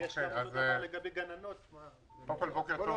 בוקר טוב